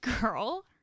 girl